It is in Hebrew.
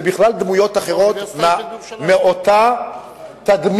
אלה בכלל דמויות אחרות מאותה תדמית